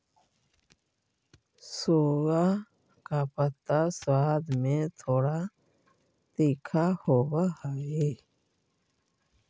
सोआ का पत्ता स्वाद में थोड़ा तीखा होवअ हई